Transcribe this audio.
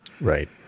right